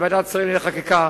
לוועדת השרים לענייני חקיקה,